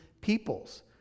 peoples